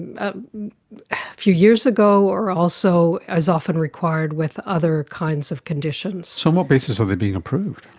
and a few years ago or also as often required with other kinds of conditions. so on what basis are they being approved?